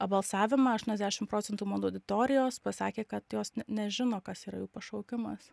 balsavimą aštuoniasdešim procentų mano auditorijos pasakė kad jos ne nežino kas yra jų pašaukimas